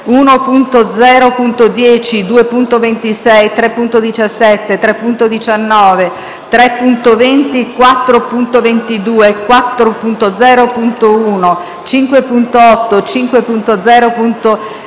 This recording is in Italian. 1.0.10, 2.26, 3.17, 3.19, 3.20, 4.22, 4.0.1, 5.8, 5.0.3,